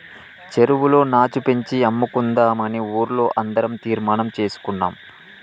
చెరువులో నాచు పెంచి అమ్ముకుందామని ఊర్లో అందరం తీర్మానం చేసుకున్నాం